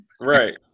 Right